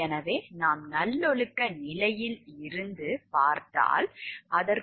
எனவே நாம் நல்லொழுக்க நிலையில் இருந்து பார்த்தால் அதற்கும் வேறு ஒரு அடுக்கு உள்ளது